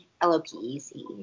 L-O-P-E-C